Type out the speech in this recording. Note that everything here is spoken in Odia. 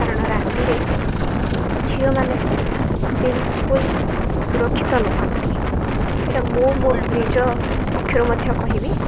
କାରଣ ରାତିରେ ଝିଅମାନେ ବିଲକୁଲ୍ ସୁରକ୍ଷିତ ନୁହନ୍ତି ଏଇଟା ମୁଁ ମୋ ନିଜ ପକ୍ଷରୁ ମଧ୍ୟ କହିବି